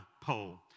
poll